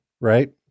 right